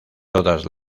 todas